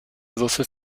würfel